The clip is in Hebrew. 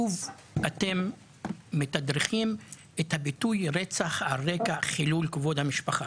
שוב אתם מתדרכים את הביטוי רצח על רקע חילול כבוד המשפחה.